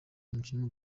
umukinnyi